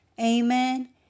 Amen